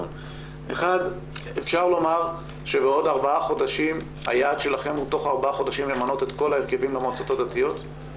היעד שלכם הוא תוך ארבעה חודשים למנות את כל ההרכבים למועצות הדתיות?